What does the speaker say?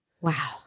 Wow